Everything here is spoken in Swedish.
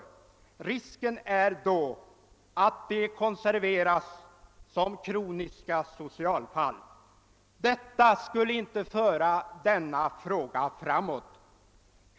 I annat fall är risken att invandrarna konserveras som kroniska socialfall, och det skulle inte föra hela denna sak framåt.